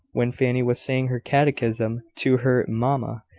when fanny was saying her catechism to her mamma,